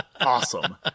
awesome